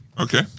Okay